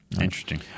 Interesting